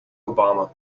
obama